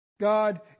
God